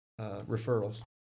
referrals